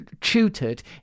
tutored